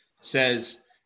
says